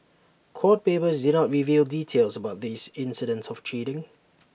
court papers did not reveal details about these incidents of cheating